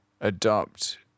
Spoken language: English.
adopt